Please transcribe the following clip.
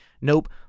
Nope